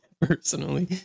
personally